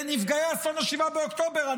לנפגעי אסון 7 באוקטובר.